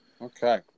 Okay